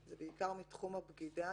זה בעיקר מתחום הבגידה.